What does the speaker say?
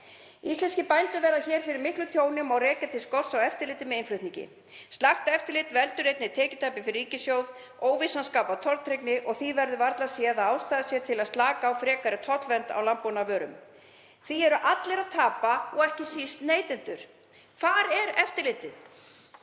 Íslenskir bændur verða fyrir miklu tjóni sem má rekja til skorts á eftirliti með innflutningi. Slakt eftirlit veldur einnig tekjutapi fyrir ríkissjóð. Óvissan skapar tortryggni og því verður varla séð að ástæða sé til að slaka á frekari tollvernd á landbúnaðarvörum. Því eru allir að tapa og ekki síst neytendur. Hvar er eftirlitið?